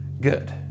good